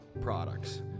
products